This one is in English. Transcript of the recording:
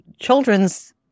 children's